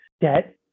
debt